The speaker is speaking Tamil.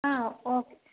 ஆ ஓகே